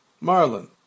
Marlin